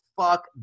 fuck